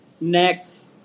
next